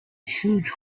huge